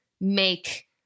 make